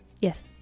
Yes